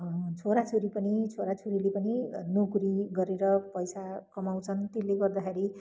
छोराछोरी पनि छोराछोरीले पनि नोकरी गरेर पैसा कमाउँछन् त्यसले गर्दाखेरि